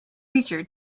future